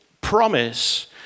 promise